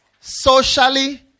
socially